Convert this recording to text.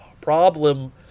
problem